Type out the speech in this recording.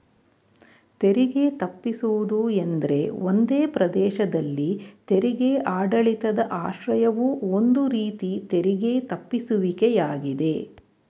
ತೆರಿಗೆ ತಪ್ಪಿಸುವುದು ಎಂದ್ರೆ ಒಂದೇ ಪ್ರದೇಶದಲ್ಲಿ ತೆರಿಗೆ ಆಡಳಿತದ ಆಶ್ರಯವು ಒಂದು ರೀತಿ ತೆರಿಗೆ ತಪ್ಪಿಸುವಿಕೆ ಯಾಗಿದೆ